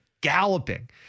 galloping